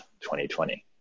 2020